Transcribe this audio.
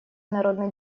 народно